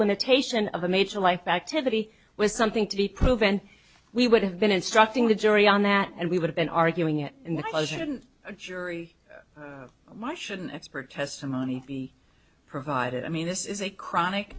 limitation of a major life activity was something to be proven we would have been instructing the jury on that and we would have been arguing in the motion a jury why should an expert testimony be provided i mean this is a chronic